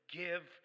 give